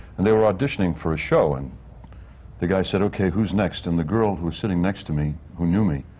and they were auditioning for a show, and the guy said, okay, who's next? and the girl who was sitting next to me who knew me